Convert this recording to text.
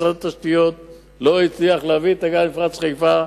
משרד התשתיות לא הצליח להביא את הגז למפרץ חיפה.